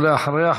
ואחריה,